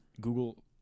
Google